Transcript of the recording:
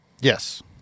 Yes